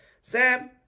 Sam